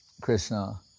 Krishna